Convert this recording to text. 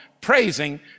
praising